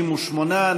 58,